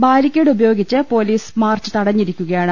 barricade ഉപയോ ഗിച്ച് police march തടഞ്ഞിരിക്കുകയാണ്